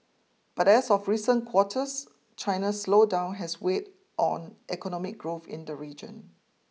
but as of recent quarters China's slowdown has weighed on economic growth in the region